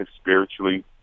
spiritually